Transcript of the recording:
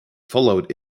followed